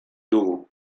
dugu